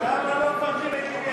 למה לא מפתחים את "לווייתן"?